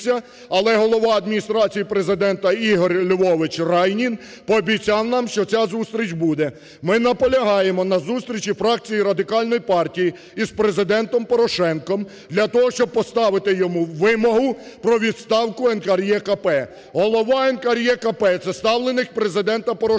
але голова Адміністрації Президента Ігор Львович Райнін пообіцяв нам, що ця зустріч буде. Ми наполягаємо на зустрічі фракції Радикальної партії із Президентом Порошенко для того, щоб поставити йому вимогу про відставку НКРЕКП. Голова НКРЕКП – це ставленик Президента Порошенка.